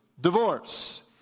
divorce